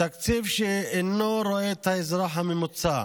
התקציב שאינו רואה את האזרח הממוצע.